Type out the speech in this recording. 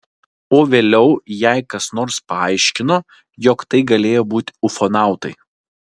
o vėliau jai kas nors paaiškino jog tai galėjo būti ufonautai